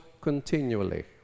continually